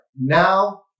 Now